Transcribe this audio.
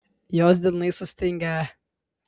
jos delnai sustingę